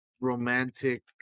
romantic